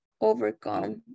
overcome